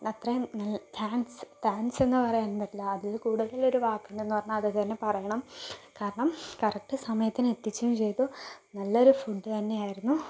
അത്രയും നൽ thanks thanks എന്ന് പറയാനും പറ്റില്ല അതിൽ കൂടുതൽ ഒരു വാക്ക് ഉണ്ടെന്ന് പറഞ്ഞ അത് അതുതന്നെ പറയണം കാരണം കറക്റ്റ് സമയത്തിന് എത്തിച്ചും ചെയ്തു നല്ലൊരു ഫുഡ് തന്നെയായിരുന്നു